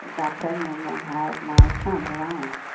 ah got pregnant and had my son, norian.